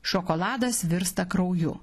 šokoladas virsta krauju